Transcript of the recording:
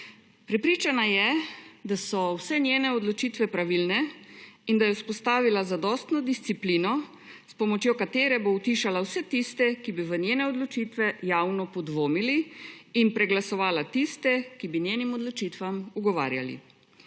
Prepričana je, da so vse njene odločitve pravilne, in da je vzpostavila zadostno disciplino s pomočjo katere bo utišala vse tiste, ki bi v njene odločitve javno podvomili in preglasovala tiste, ki bi njenim odločitvam ugovarjali.